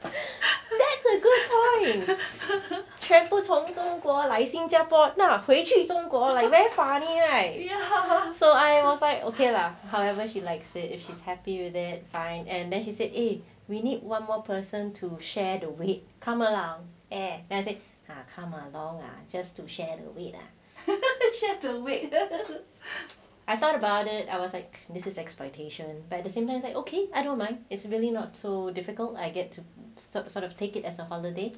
that's a good point 全部从中国来新加坡那回去中国 like very funny right I so I was like okay lah however she likes it if he's happy with that fine and then she said eh we need one more person to share the wait come along and as it say come along lah just to share the weight ah I thought about it I was like this is exploitation but at the same time I like okay I don't mind it's really not so difficult I get to sort of take it as a holiday